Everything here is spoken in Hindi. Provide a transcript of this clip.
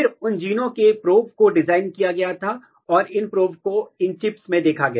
फिर उन जीनों के प्रोब को डिजाइन किया गया और इन प्रोब को इन चिप्स में देखा गया